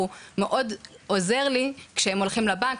מאוד עוזר לי שהם הולכים לבנק,